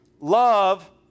love